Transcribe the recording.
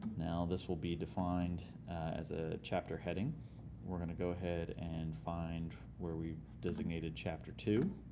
now this will be defined as a chapter heading we're going to go ahead and find where we designated chapter two.